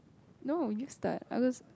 no you start I'll lose